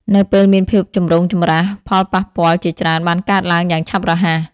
នៅពេលមានភាពចម្រូងចម្រាស ផលប៉ះពាល់ជាច្រើនបានកើតឡើងយ៉ាងឆាប់រហ័ស។